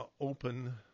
open